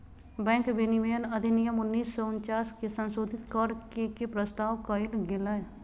bank विनियमन अधिनियम उन्नीस सौ उनचास के संशोधित कर के के प्रस्ताव कइल गेलय